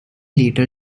later